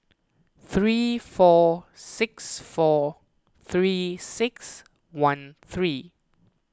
three four six four three six one three